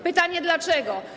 Pytanie dlaczego?